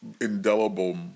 indelible